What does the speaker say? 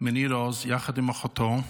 מניר עוז יחד עם אחותו,